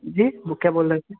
जी वो क्या बोल रहे थे